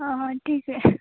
हं हं ठीक आहे